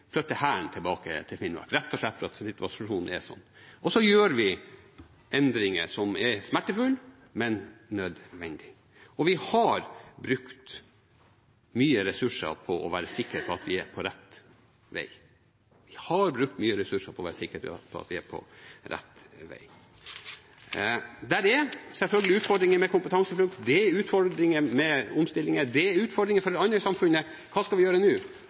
Hæren tilbake til Finnmark, rett og slett fordi situasjonen er sånn. Så gjør vi endringer som er smertefulle, men nødvendige. Vi har brukt mye ressurser på å være sikre på at vi er på rett vei. Det er selvfølgelig utfordringer med kompetanseflukt, det er utfordringer med omstillinger, det er utfordringer for Andøya-samfunnet – hva skal de gjøre nå? Det viktigste vi kan gjøre, mener jeg er å ha ryddige prosesser og så peke framover. Vi skal stå på for Andøya-samfunnet. Vi